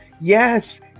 yes